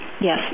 Yes